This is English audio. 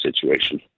situation